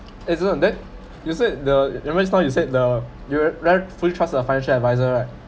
isn't on that you said the just now you said the you very fully trust a financial adviser right